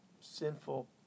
sinful